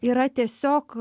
yra tiesiog